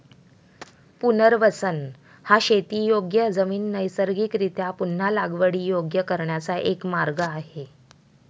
पुनर्वसन हा शेतीयोग्य जमीन नैसर्गिकरीत्या पुन्हा लागवडीयोग्य करण्याचा एक मार्ग आहे